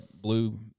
blue